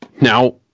Now